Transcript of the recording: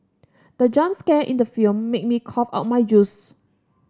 the jump scare in the film made me cough out my juice